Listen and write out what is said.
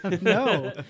No